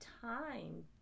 time